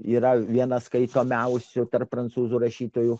yra vienas skaitomiausių tarp prancūzų rašytojų